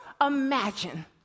imagine